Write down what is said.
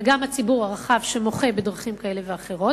וגם הציבור הרחב שמוחה בדרכים כאלה ואחרות.